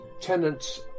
tenants